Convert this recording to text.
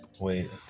Wait